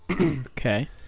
Okay